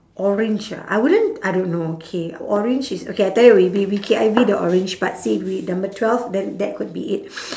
orange ah I wouldn't I don't know K orange is okay I tell you we we we K_I_V the orange part see if we number twelve then that could be it